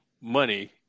money